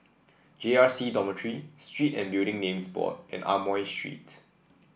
J R C Dormitory Street and Building Names Board and Amoy Street